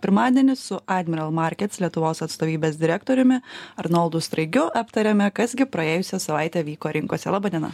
pirmadienį su admiral markets lietuvos atstovybės direktoriumi arnoldu straigiu aptariame kas gi praėjusią savaitę vyko rinkose laba diena